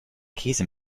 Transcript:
käse